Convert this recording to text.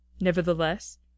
Nevertheless